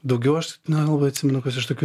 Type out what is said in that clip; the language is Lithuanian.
daugiau aš nelabai atsimenu kas iš tokių